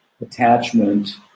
attachment